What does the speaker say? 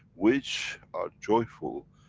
which are joyful,